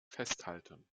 festhalten